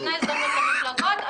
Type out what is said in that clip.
ניתנה הזדמנות למפלגות.